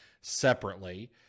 separately